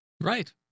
Right